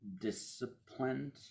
disciplined